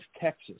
Texas